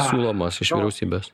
siūlomas vyriausybės